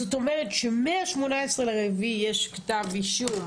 זאת אומרת שמה-18.4 יש כתב אישום.